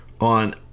on